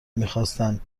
میخاستن